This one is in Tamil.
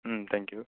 ம் தேங்க் யூ